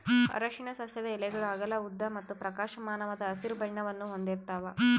ಅರಿಶಿನ ಸಸ್ಯದ ಎಲೆಗಳು ಅಗಲ ಉದ್ದ ಮತ್ತು ಪ್ರಕಾಶಮಾನವಾದ ಹಸಿರು ಬಣ್ಣವನ್ನು ಹೊಂದಿರ್ತವ